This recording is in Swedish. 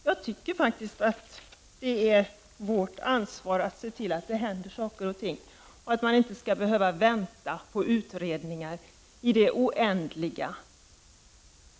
Jag tycker faktiskt att det är vårt ansvar att se till att det händer saker och ting och att man inte skall behöva vänta på utredningar i det oändliga.